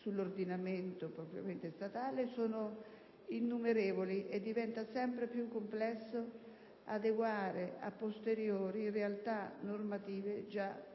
sull'ordinamento propriamente statale, sono innumerevoli e diventa sempre più complesso adeguare a posteriori realtà normative già stratificate.